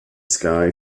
sky